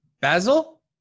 Basil